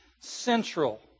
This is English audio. central